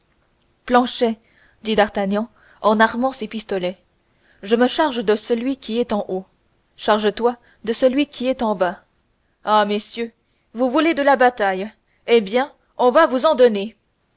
planchet dit d'artagnan en armant ses pistolets je me charge de celui qui est en haut charge-toi de celui qui est en bas ah messieurs vous voulez de la bataille eh bien on va vous en donner